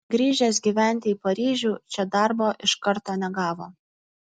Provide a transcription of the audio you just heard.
grįžęs gyventi į paryžių čia darbo iš karto negavo